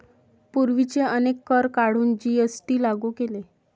पूर्वीचे अनेक कर काढून जी.एस.टी लागू केले